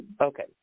Okay